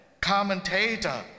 commentator